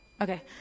Okay